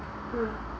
hmm